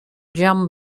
jam